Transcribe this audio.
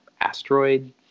asteroid